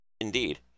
Indeed